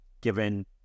given